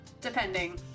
depending